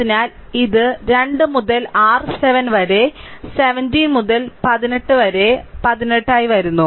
അതിനാൽ ഇത് 2 മുതൽ r 7 വരെ 17 മുതൽ 18 വരെ 18 ആയി വരുന്നു